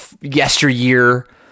yesteryear